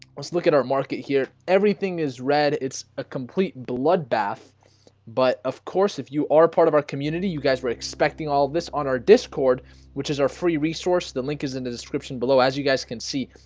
let's look at our market here. everything is red. it's a complete bloodbath but of course if you are part of our community you guys were expecting all this on our discord which is our free resource the link is in the description below as you guys can see?